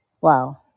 Wow